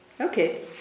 Okay